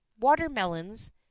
watermelons